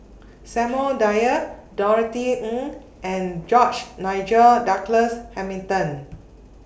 Samuel Dyer Norothy Ng and George Nigel Douglas Hamilton